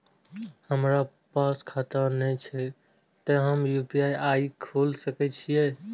हमरा पास खाता ने छे ते हम यू.पी.आई खोल सके छिए?